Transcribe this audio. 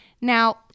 Now